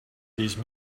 these